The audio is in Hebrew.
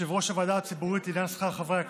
(יושב-ראש הוועדה הציבורית לעניין שכר חברי הכנסת),